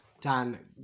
Dan